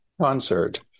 concert